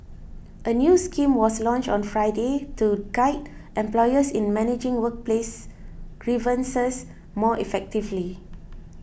a new scheme was launched on Friday to guide employers in managing workplace grievances more effectively